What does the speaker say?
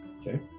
Okay